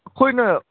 ꯑꯩꯈꯣꯏꯅ